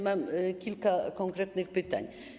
Mam kilka konkretnych pytań.